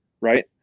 Right